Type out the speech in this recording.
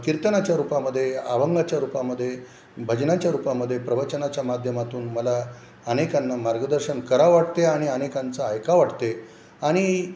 कीर्तनाच्या रूपामध्ये अभंगाच्या रूपामध्ये भजनाच्या रूपामध्ये प्रवचनाच्या माध्यमातून मला अनेकांना मार्गदर्शन करावं वाटते आणि अनेकांचं ऐकावं वाटते आणि